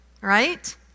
Right